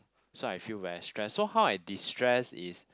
so I feel very stressed so how I destress is